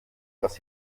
das